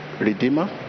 Redeemer